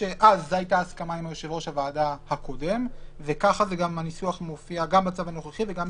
ההקלה לא צריכים להרגיש קפוצים בהקלה.